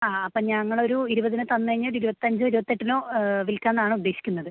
ആ അപ്പോള് ഞങ്ങളൊരു ഇരുപതിന് തന്നുകഴിഞ്ഞാല് ഇരുപത്തഞ്ചിനോ ഇരുപത്തെട്ടിനോ വിൽക്കാനാണ് ഉദ്ദേശിക്കുന്നത്